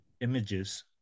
images